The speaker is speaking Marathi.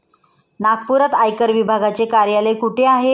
नागपुरात आयकर विभागाचे कार्यालय कुठे आहे?